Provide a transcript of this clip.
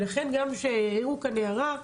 לכן גם כשהעירו כאן הערה,